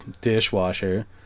dishwasher